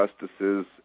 justices